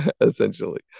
Essentially